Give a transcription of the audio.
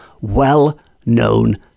well-known